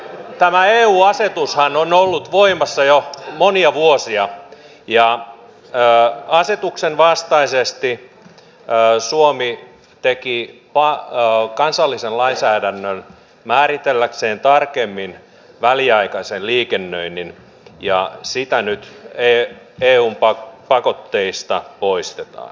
tämä eu asetushan on ollut voimassa jo monia vuosia ja asetuksen vastaisesti suomi teki kansallisen lainsäädännön määritelläkseen tarkemmin väliaikaisen liikennöinnin ja sitä nyt eun pakotteista poistetaan